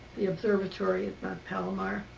the observatory at mount palomar.